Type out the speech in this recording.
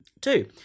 Two